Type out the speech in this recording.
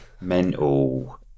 Mental